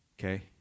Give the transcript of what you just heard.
Okay